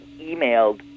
emailed